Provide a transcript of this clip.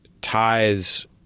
ties